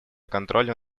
контролю